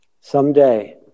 Someday